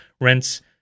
rents